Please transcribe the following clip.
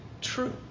true